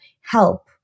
help